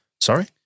Sorry